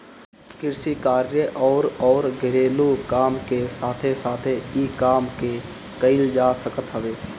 कृषि कार्य अउरी अउरी घरेलू काम के साथे साथे इ काम के कईल जा सकत हवे